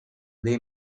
dei